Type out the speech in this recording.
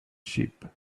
sheep